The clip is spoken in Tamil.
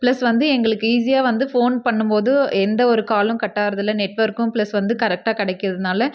ப்ளஸ் வந்து எங்களுக்கு ஈஸியாக வந்து ஃபோன் பண்ணும்போது எந்தவொரு காலும் கட்டாகிறது இல்லை நெட்வொர்க்கும் ப்ளஸ் வந்து கரெக்டாக கிடைக்கிறதுனால